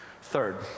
Third